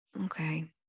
Okay